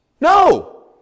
no